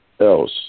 else